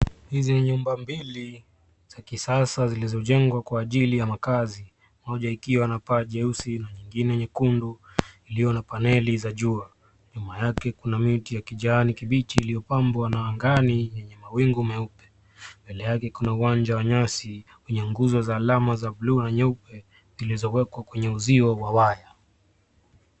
Hizi ni nyumba mbili za kisasa zilizojengwa kwa ajili ya makazi. Moja ikiwa na paa jeusi na nyingine nyekundu, iliyo na paneli za jua. Nyuma yake kuna miti ya kijani kibichi iliyopambwa, na angani yenye mawingu meupe. Mbele yake kuna uwanja wa nyasi wenye nguzo za alama za blue na nyeupe ,zilizowekwa kwenye uzio wa waya.